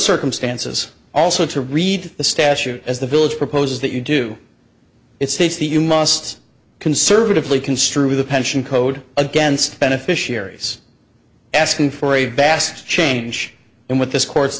circumstances also to read the statute as the village proposes that you do it states that you must conservatively construe the pension code against beneficiaries asking for a vast change and what this cour